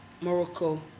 Morocco